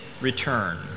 return